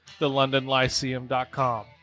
thelondonlyceum.com